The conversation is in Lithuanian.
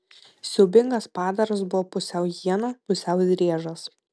siaubingas padaras buvo pusiau hiena pusiau driežas